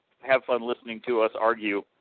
have-fun-listening-to-us-argue